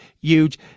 huge